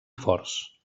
forts